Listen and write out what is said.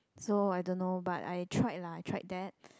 so I don't know but I tried lah I tried that